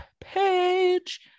page